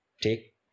Take